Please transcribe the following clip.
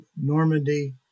Normandy